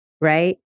right